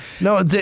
No